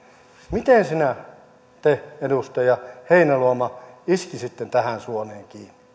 miten te edustaja heinäluoma iskisitte tähän suoneen